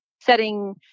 setting